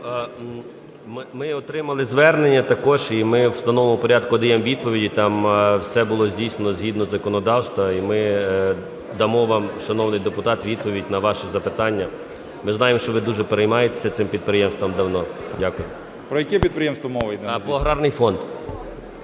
Дякую. Ми отримали звернення також. І ми у встановленому порядку даємо відповіді. Там все було здійснено згідно законодавства. І ми дамо вам, шановний депутат, відповідь на ваше запитання. Ми знаємо, що ви дуже переймаєтеся цим підприємством давно. Дякую. ШМИГАЛЬ Д.А. Про яке підприємство мова іде? ПЕТРАШКО І.Р.